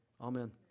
amen